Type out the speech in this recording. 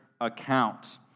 account